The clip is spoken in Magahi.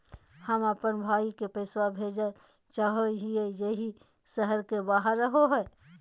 हम अप्पन भाई के पैसवा भेजल चाहो हिअइ जे ई शहर के बाहर रहो है